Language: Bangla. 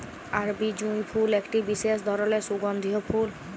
আরবি জুঁই ফুল একটি বিসেস ধরলের সুগন্ধিও ফুল